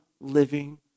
living